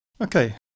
Okay